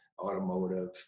automotive